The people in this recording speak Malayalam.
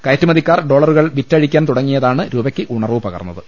കയറ്റുമതിക്കാർ ഡോള റുകൾ വിറ്റഴിക്കാൻ തുടങ്ങിയതാണ് രൂപക്ക് ഉണർവ് പകർന്നത്